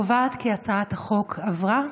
ההצעה להעביר את הצעת חוק הרשות